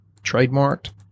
trademarked